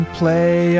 play